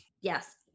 Yes